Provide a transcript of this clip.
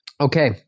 Okay